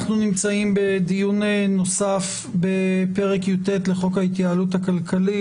אנחנו נמצאים בדיון נוסף בפרק י"ט בחוק ההתייעלות הכלכלית